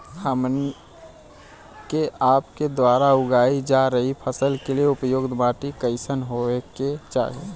हमन के आपके द्वारा उगाई जा रही फसल के लिए उपयुक्त माटी कईसन होय के चाहीं?